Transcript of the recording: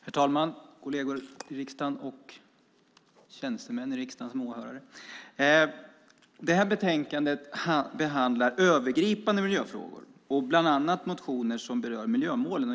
Herr talman! Kolleger i riksdagen, tjänstemän och åhörare! I detta betänkande behandlas övergripande miljöfrågor och bland annat motioner som berör miljömålen.